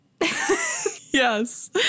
Yes